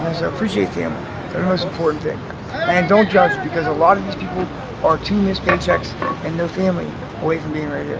the um and most important thing and don't judge because a lot of these people are two missed paychecks and their family away from being right here,